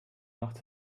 macht